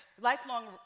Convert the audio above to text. lifelong